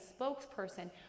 spokesperson